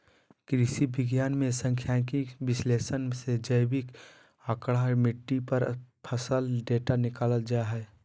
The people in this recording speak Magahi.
कृषि विज्ञान मे सांख्यिकीय विश्लेषण से जैविक आंकड़ा, मिट्टी आर फसल डेटा निकालल जा हय